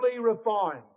refined